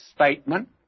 statement